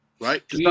right